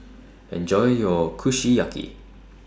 Enjoy your Kushiyaki